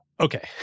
Okay